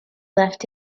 left